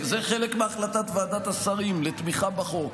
וזה חלק מהחלטת ועדת השרים לתמיכה בחוק,